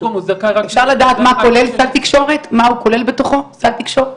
אפשר לדעת מה כולל בתוכו סל תקשורת?